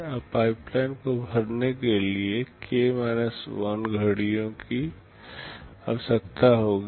अब पाइपलाइन को भरने के लिए k 1 घड़ियों की आवश्यकता होती है